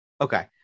Okay